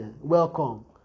welcome